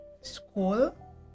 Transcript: school